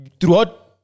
throughout